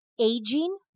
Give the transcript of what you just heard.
aging